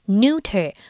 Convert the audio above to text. neuter